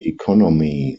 economy